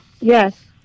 Yes